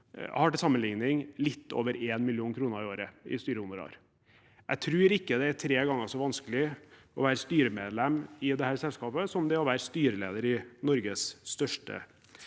har til sammenligning litt over 1 mill. kr i året i styrehonorar. Jeg tror ikke det er tre ganger så vanskelig å være styremedlem i dette selskapet som det er å være styreleder i Norges største selskap.